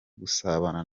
gusabana